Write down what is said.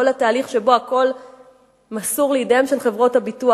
כל התהליך שבו הכול מסור לידיהן של חברות הביטוח,